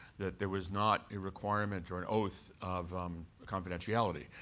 that there was not a requirement or and oath of um ah confidentiality.